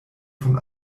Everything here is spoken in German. von